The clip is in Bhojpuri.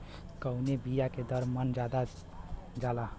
कवने बिया के दर मन ज्यादा जाला?